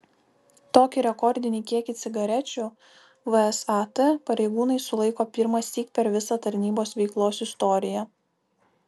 tokį rekordinį kiekį cigarečių vsat pareigūnai sulaiko pirmąsyk per visą tarnybos veiklos istoriją